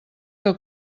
que